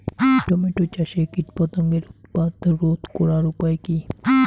Tomato চাষে কীটপতঙ্গের উৎপাত রোধ করার উপায় কী?